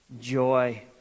joy